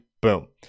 boom